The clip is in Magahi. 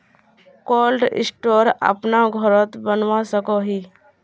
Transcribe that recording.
कोल्ड स्टोर अपना घोरोत बनवा सकोहो ही?